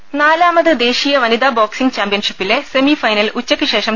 ലലലലല നാലാമത് ദേശീയ വനിത ബോക് സിംഗ് ചാമ്പ്യൻഷിപ്പിലെ സെമി ഫൈനൽ ഉച്ചയ്ക്ക് ശേഷം